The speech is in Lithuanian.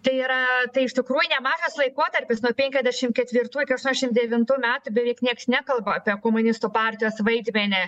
tai yra tai iš tikrųjų nemažas laikotarpis nuo penkiasdešim ketvirtų iki aštuoniasdešim devintų metų beveik nieks nekalba apie komunistų partijos vaidmenį